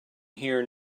here